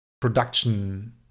production